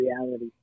reality